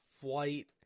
Flight